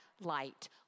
light